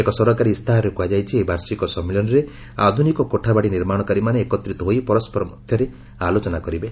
ଏକ ସରକାରୀ ଇସ୍ତାହାରରେ କୁହାଯାଇଛି ଏହି ବାର୍ଷିକ ସମ୍ମିଳନୀରେ ଆଧୁନିକ କୋଠାବାଡ଼ି ନିର୍ମାଣକାରୀମାନେ ଏକତ୍ରିତ ହୋଇ ପରସ୍କର ମଧ୍ୟରେ ଆଲୋଚନା କରିବେ